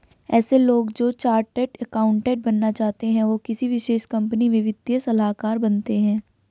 ऐसे लोग जो चार्टर्ड अकाउन्टन्ट बनना चाहते है वो किसी विशेष कंपनी में वित्तीय सलाहकार बनते हैं